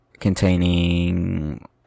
containing